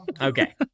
Okay